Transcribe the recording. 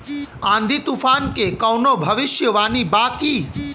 आँधी तूफान के कवनों भविष्य वानी बा की?